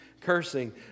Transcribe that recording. cursing